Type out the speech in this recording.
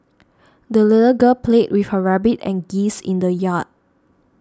the little girl played with her rabbit and geese in the yard